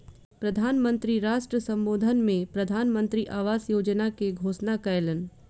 प्रधान मंत्री राष्ट्र सम्बोधन में प्रधानमंत्री आवास योजना के घोषणा कयलह्नि